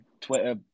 Twitter